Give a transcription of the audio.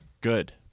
Good